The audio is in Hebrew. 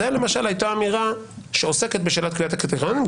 זו למשל הייתה אמירה שעוסקת בשאלת קביעת הקריטריונים,